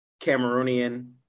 Cameroonian